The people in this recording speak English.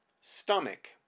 stomach